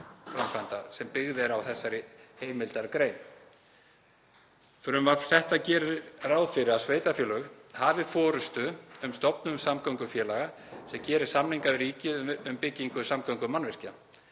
sem byggð eru á þessari heimildargrein. Frumvarp þetta gerir ráð fyrir að sveitarfélög hafi forystu um stofnun samgöngufélaga sem geri samninga við ríkið um byggingu samgöngumannvirkja.